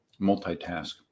multitask